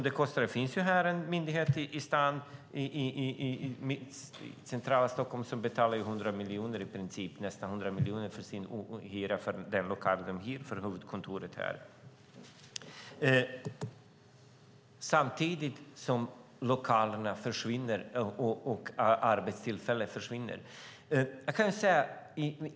Det finns en myndighet här i centrala Stockholm som betalar nästan 100 miljoner för den lokal de hyr för huvudkontoret. Samtidigt försvinner arbetstillfällen på andra ställen.